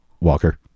walker